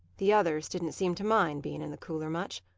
the others didn't seem to mind being in the cooler much.